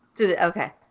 Okay